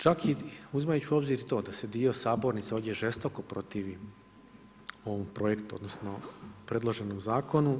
Čak i uzimajući u obzir i to da se dio sabornice ovdje žestoko protivio ovom projektu odnosno predloženom zakonu.